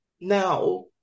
Now